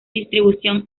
distribución